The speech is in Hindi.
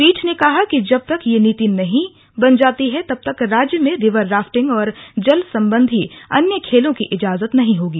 पीठ ने कहा कि जब तक यह नीति बन नहीं जाती है तब तक राज्य में रिवर राफिंटग और जल संबंधी अन्य खेलों की इजाजत नहीं होगी